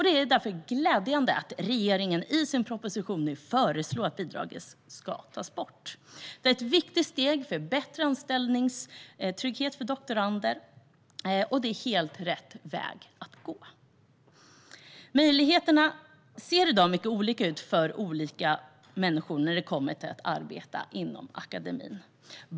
Det är därför glädjande att regeringen i sin proposition nu föreslår att bidraget ska tas bort. Det är ett viktigt steg för bättre anställningstrygghet för doktorander, och det är helt rätt väg att gå. Möjligheterna ser i dag mycket olika ut för olika människor när det kommer till att arbeta inom akademin.